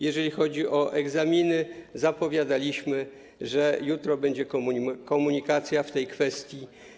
Jeżeli chodzi o egzaminy, zapowiadaliśmy, że jutro będzie komunikat w tej kwestii.